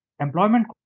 Employment